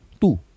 Two